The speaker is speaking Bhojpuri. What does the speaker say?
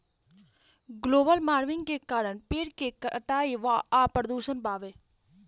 ग्लोबल वार्मिन के कारण पेड़ के कटाई आ प्रदूषण बावे